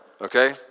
okay